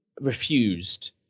refused